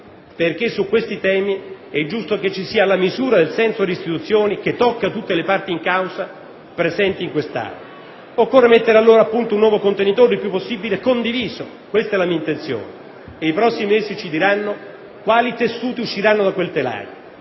perché su questi temi è giusto che ci sia la misura e il senso delle istituzioni, che tocca tutte le parti in causa presenti in quest'Aula. Occorre mettere allora a punto un nuovo contenitore il più possibile condiviso. Questa è la mia intenzione e i prossimi mesi ci diranno quali tessuti usciranno da quel telaio.